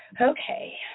Okay